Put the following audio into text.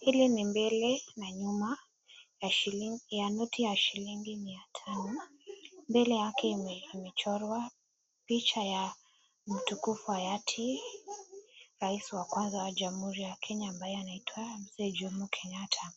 Hili ni mbele na nyuma ya noti ya shilingi mia tano mbele yake imechorwa mtu rais mtu kubwa hayati rais kwanza wa jamuhuri ya kenya ambaye anaitwa Mzee jomo Kenyatta ,